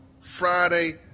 Friday